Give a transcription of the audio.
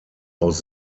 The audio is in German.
aus